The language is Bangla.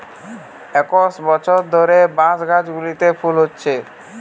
একশ বছর ধরে বাঁশ গাছগুলোতে ফুল হচ্ছে